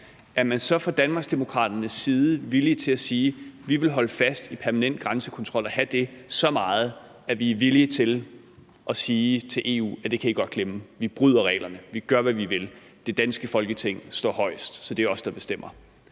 er man så fra Danmarksdemokraternes side villig til at sige: Vi vil holde fast i permanent grænsekontrol og have det så meget, at vi er villige til at sige til EU, at det kan I godt glemme; vi bryder reglerne, og vi gør, hvad vi vil, og det danske Folketing står højest, så det er os, der bestemmer?